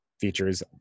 features